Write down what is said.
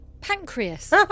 Pancreas